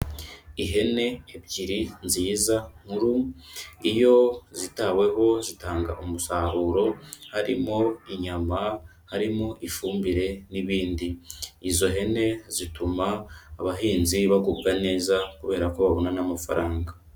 Ihene ebyiri nziza nkuru, iyo zitaweho zitanga umusaruro harimo inyama, harimo ifumbire n'ibindi, izo hene zituma abahinzi bagubwa neza kubera ko babona n'amafaranga.